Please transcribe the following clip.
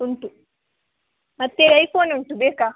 ಉಂಟು ಮತ್ತು iPhone ಉಂಟು ಬೇಕಾ